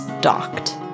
docked